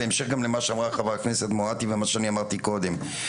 בהמשך למה שאמרה חברת הכנסת מואטי ומה שאני אמרתי קודם,